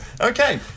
Okay